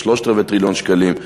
בשלושת-רבעי טריליון שקלים,